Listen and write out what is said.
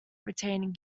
retaining